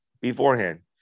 beforehand